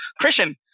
Christian